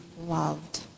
loved